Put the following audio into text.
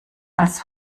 als